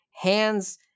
hands